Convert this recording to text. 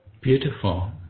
beautiful